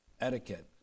etiquette